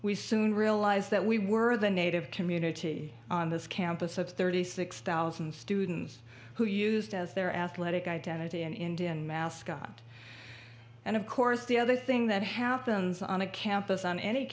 we soon realized that we were the native community on this campus of thirty six thousand students who used as their athletic identity and indian mascot and of course the other thing that happens on a campus on any